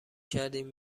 کردیم